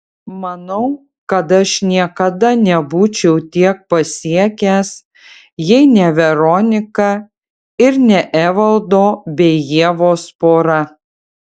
manau kad aš niekada nebūčiau tiek pasiekęs jei ne veronika ir ne evaldo bei ievos pora